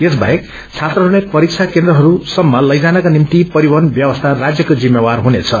यस बाहेक छात्रहस्लाई परीक्षा केन्द्रहरूसम्म लैजानका निभ्ति परिवहन व्यवस्था राज्यको जिम्मेवार हुनेछ